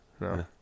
No